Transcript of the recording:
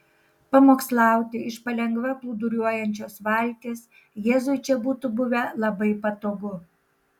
pamokslauti iš palengva plūduriuojančios valties jėzui čia būtų buvę labai patogu